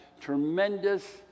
tremendous